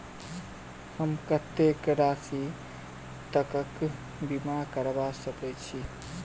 हम कत्तेक राशि तकक बीमा करबा सकै छी?